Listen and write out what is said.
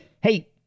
hey